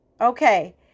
okay